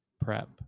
prep